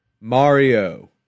Mario